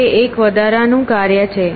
જે એક વધારાનું કાર્ય છે